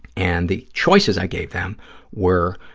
and the choices i gave them were,